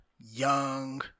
young